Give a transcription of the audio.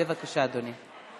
בבקשה, אדוני.